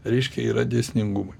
reiškia yra dėsningumai